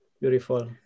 Beautiful